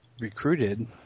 Recruited